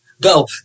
go